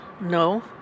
No